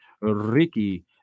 Ricky